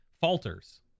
falters